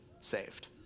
saved